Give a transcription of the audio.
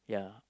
yeah